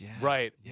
Right